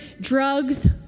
drugs